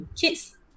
kids